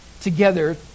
together